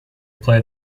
play